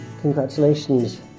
Congratulations